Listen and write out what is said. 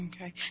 Okay